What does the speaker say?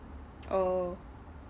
oh